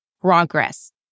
progress